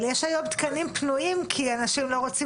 אבל יש היום תקנים פנויים כי לא רוצים